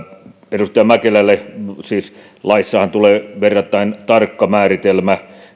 edustaja mäkelälle siis laissahan tulee olemaan verrattaen tarkka määritelmä